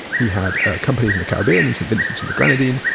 he had ah companies in the caribbean and saint vincent and the grenadines.